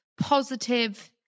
positive